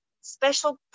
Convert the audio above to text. special